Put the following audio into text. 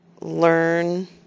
learn